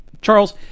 Charles